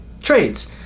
trades